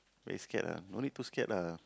they scared lah no need too scared lah